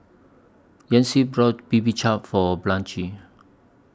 Yancy bought Bibimbap For Blanche